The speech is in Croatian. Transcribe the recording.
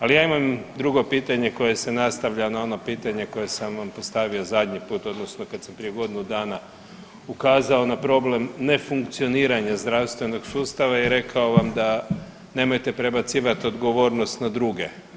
Ali ja imam drugo pitanje koje se nastavlja na ono pitanje koje sam vam postavio zadnji put odnosno kad sam prije godinu dana ukazao na problem nefunkcioniranja zdravstvenog sustava i rekao vam da nemojte prebacivati odgovornost na druge.